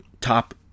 top